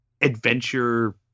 adventure